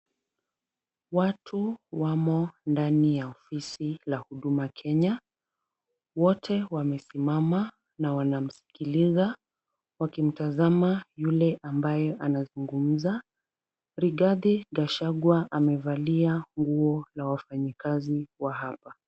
Watu wamo ndani ya ofisi la huduma Kenya, wote wamesimama na wanamsikiliza wakimtazama yule ambaye anayezungumza ,Rigathi Gachagua amevalia nguo za wafanyikazi wa hapo.